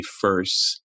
first